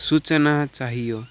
सूचना चाहियो